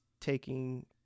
taking